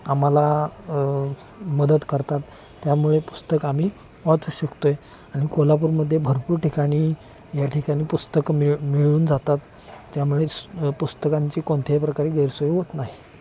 आम्हाला मदत करतात त्यामुळे पुस्तक आम्ही वाचू शकतो आहे आणि कोल्हापूरमध्ये भरपूर ठिकाणी या ठिकाणी पुस्तकं मिळ मिळून जातात त्यामुळे पुस्तकांची कोणत्याही प्रकारे गैरसोय होत नाही